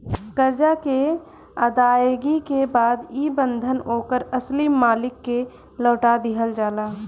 करजा के अदायगी के बाद ई बंधन ओकर असली मालिक के लौटा दिहल जाला